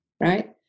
Right